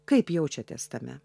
kaip jaučiatės tame